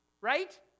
right